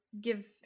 give